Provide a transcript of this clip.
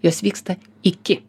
jos vyksta iki